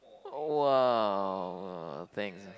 !wow! thanks